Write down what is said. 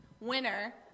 winner